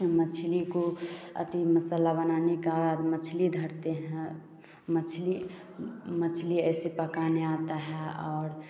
मछली को अथी मसाला बनाने का मछली धरते हैं मछली मछली ऐसे पकाने आता है और